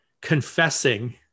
confessing